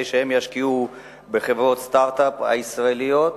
בחברות הסטארט-אפ הישראליות,